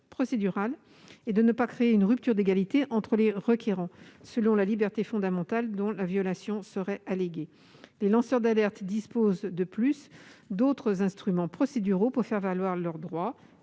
procédural et de ne pas créer une rupture d'égalité entre les requérants, selon la liberté fondamentale dont la violation serait alléguée. Les lanceurs d'alerte disposent, de plus, d'autres instruments procéduraux pour faire valoir leurs droits